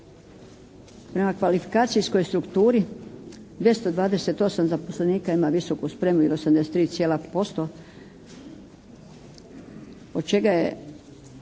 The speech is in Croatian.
Prema kvalifikacijskoj strukturi 228 zaposlenika ima visoku spremu ili 83% od čega je